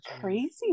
crazy